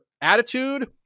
attitude